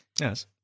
Yes